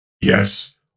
Yes